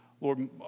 Lord